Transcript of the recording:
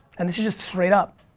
and this is just straight up,